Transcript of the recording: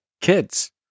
kids